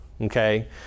okay